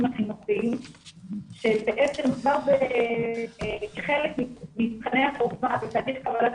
החינוכיים שבעצם כבר כחלק ממבחני --- ותהליך קבלת